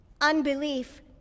Unbelief